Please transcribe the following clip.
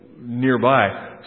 nearby